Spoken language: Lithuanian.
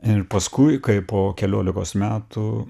ir paskui kai po keliolikos metų